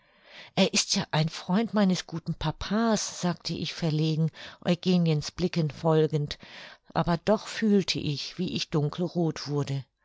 er ist ja ein freund meines guten papa's sagte ich verlegen eugeniens blicken folgend aber doch fühlte ich wie ich dunkelroth wurde